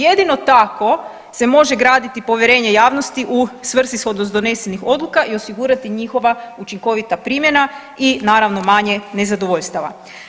Jedino tako se može graditi povjerenje javnosti u svrsishodnost donesenih odluka i osigurati njihova učinkovita primjena i naravno manje nezadovoljstava.